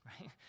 right